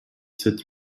sept